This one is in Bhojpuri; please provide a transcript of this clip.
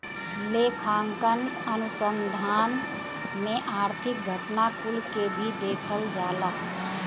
लेखांकन अनुसंधान में आर्थिक घटना कुल के भी देखल जाला